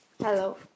hello